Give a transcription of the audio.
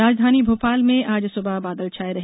राजधानी भोपला में आज सुबह बादल छाये रहे